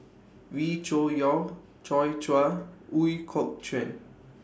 Wee Cho Yaw Joi Chua Ooi Kok Chuen